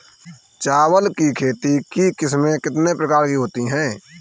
चावल की खेती की किस्में कितने प्रकार की होती हैं?